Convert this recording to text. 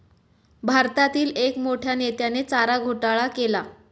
भारतातील एक मोठ्या नेत्याने चारा घोटाळा केला